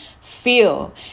feel